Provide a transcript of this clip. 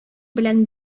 белән